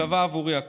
שווה עבורי הכול.